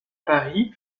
paris